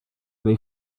they